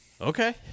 Okay